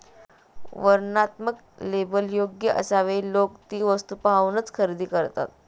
वर्णनात्मक लेबल योग्य असावे लोक ती वस्तू पाहूनच खरेदी करतात